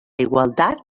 igualtat